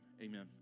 amen